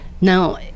Now